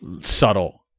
subtle